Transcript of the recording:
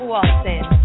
Watson